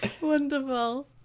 wonderful